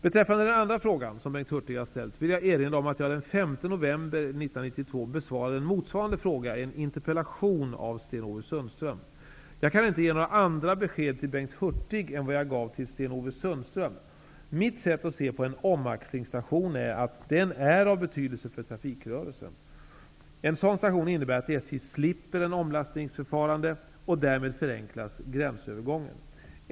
Beträffande den andra fråga som Bengt Hurtig har ställt, vill jag erinra om att jag den 5 november 1992 besvarade en motsvarande fråga i en interpellation av Sten-Ove Sundström. Jag kan inte ge några andra besked till Bengt Hurtig än vad jag gav till Sten-Ove Sundström. Enligt mitt sätt att se är en omaxlingsstation av betydelse för trafikrörelsen. En sådan station innebär att SJ slipper ett omlastningsförfarande, och därmed förenklas gränsövergången.